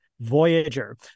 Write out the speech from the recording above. Voyager